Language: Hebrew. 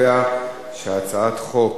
את הצעת חוק